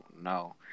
no